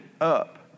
up